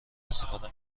استفاده